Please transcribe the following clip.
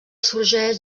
sorgeix